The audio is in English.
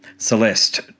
Celeste